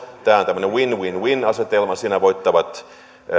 tämä on tämmöinen win win win asetelma siinä voittavat